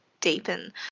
deepen